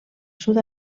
sud